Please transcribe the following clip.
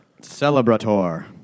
Celebrator